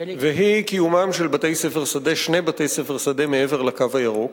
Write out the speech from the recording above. והיא קיומם של שני בתי-ספר שדה מעבר ל"קו הירוק".